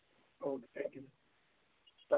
okay thank you